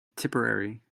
tipperary